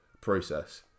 process